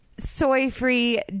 Soy-free